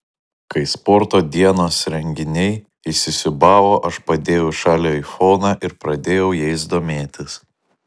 kai sporto dienos renginiai įsisiūbavo aš padėjau į šalį aifoną ir pradėjau jais domėtis